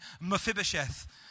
Mephibosheth